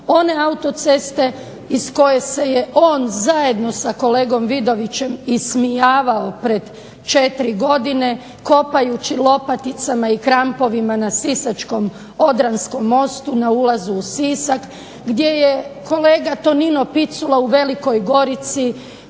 one autoceste iz koje se on zajedno sa kolegom Vidovićem ismijavao pred 4 godine kopajući lopaticama i krampovima na sisačkom odranskom mostu na ulazu u Sisak gdje je kolega Tonino Picula u Velikoj Gorici